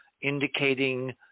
indicating